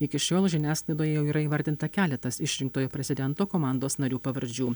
iki šiol žiniasklaidoje jau yra įvardinta keletas išrinktojo prezidento komandos narių pavardžių